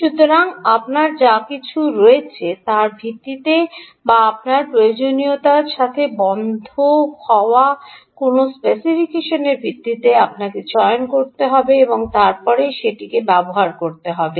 সুতরাং আপনার যা কিছু রয়েছে তার ভিত্তিতে বা আপনার প্রয়োজনীয়তার সাথে বন্ধ হওয়া কোনও স্পেসিফিকেশনের ভিত্তিতে আপনাকে চয়ন করতে হবে এবং তারপরে সেটিকে ব্যবহার করতে হবে